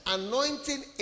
anointing